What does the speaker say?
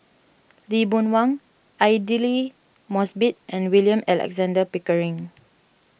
Lee Boon Wang Aidli Mosbit and William Alexander Pickering